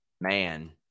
man